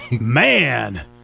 Man